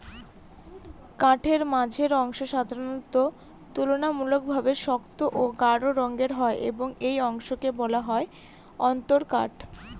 কাঠের মাঝের অংশ সাধারণত তুলনামূলকভাবে শক্ত ও গাঢ় রঙের হয় এবং এই অংশকে বলা হয় অন্তরকাঠ